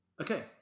Okay